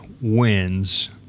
wins